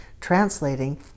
translating